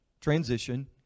Transition